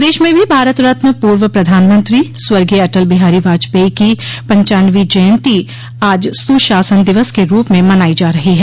प्रदेश में भी भारत रत्न पूर्व प्रधानमंत्री स्वर्गीय अटल बिहारी वाजपेयी की पचानवे जयन्ती आज सुशासन दिवस के रूप में मनायी जा रही है